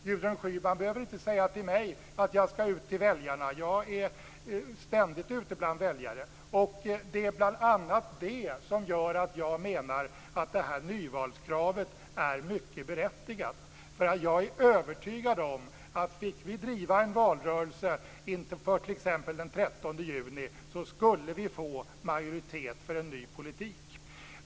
Gudrun Schyman behöver inte säga till mig att jag skall ut till väljarna. Jag är ständigt ute bland väljare. Och det är bl.a. det som gör att jag menar att nyvalskravet är mycket berättigat, därför att jag är övertygad om att om vi fick driva en valrörelse inför t.ex. den 13 juni så skulle vi få majoritet för en ny politik.